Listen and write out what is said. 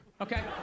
okay